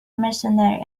mercenary